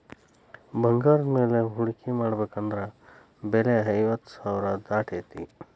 ಬಂಗಾರದ ಮ್ಯಾಲೆ ಹೂಡ್ಕಿ ಮಾಡ್ಬೆಕಂದ್ರ ಬೆಲೆ ಐವತ್ತ್ ಸಾವ್ರಾ ದಾಟೇತಿ